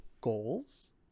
goals